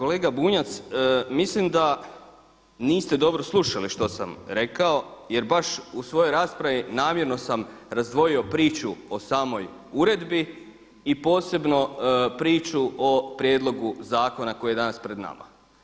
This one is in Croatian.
Kolega Bunjac, mislim da niste dobro slušali što sam rekao jer baš u svojoj raspravi namjerno sam razdvojio priču o samoj uredbi i posebno priču o prijedlogu zakona koji je danas pred nama.